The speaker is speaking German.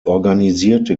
organisierte